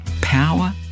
Power